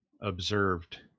observed